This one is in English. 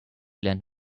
land